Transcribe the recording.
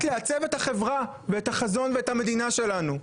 לעצב את החברה ואת החזון ואת המדינה שלנו.